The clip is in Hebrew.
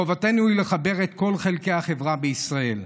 חובתנו היא לחבר את כל חלקי החברה בישראל,